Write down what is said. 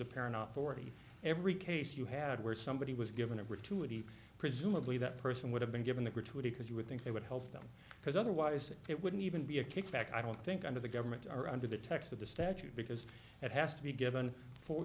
a parent forty every case you had where somebody was given an opportunity presumably that person would have been given the gratuity because you would think they would help them because otherwise it wouldn't even be a kickback i don't think under the government or under the text of the statute because it has to be given for